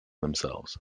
themselves